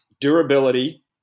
durability